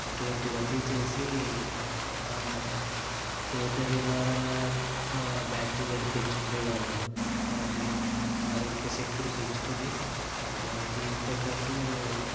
ఇటువంటివన్నీ చేసి రోత నివారణ బ్యాక్టీరియని పెంచుకునే వాళ్లము అన్ని ఆరోగ్య శక్తిని పెంచుకొని ఆ దీనితోపాటు